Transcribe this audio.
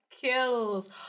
kills